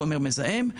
חומר מזהם,